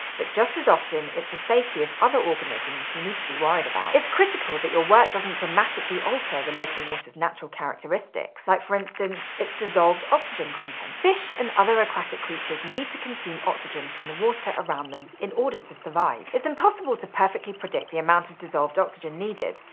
but just as often it's the safety of other organisms you need to be worried about. it's critical that your work doesn't dramatically alter the local water's natural characteristics. like, for instance, its dissolved oxygen content. fish and other aquatic creatures need to consume oxygen from the water around them in order to survive. it's impossible to perfectly predict the amount of dissolved oxygen needed,